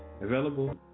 Available